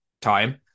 time